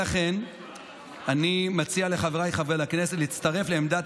לכן אני מציע לחבריי חברי הכנסת להצטרף לעמדת